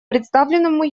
представленному